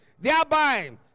thereby